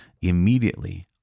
immediately